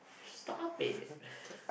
stop it